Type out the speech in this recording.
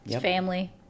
Family